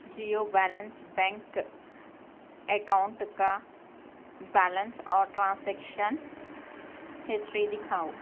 Jio balance bank account کا balance اور transaction history دکھاؤ